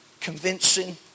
convincing